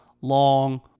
long